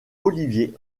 olivier